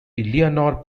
eleanor